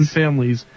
families